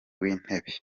w’intebe